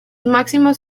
máximos